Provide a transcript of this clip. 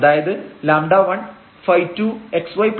അതായത് λ1 ϕ2 xyλ2 ϕ2 xy